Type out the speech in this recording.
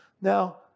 Now